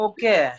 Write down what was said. Okay